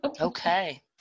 okay